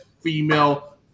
female